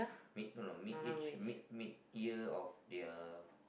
mid no no mid age mid mid year of their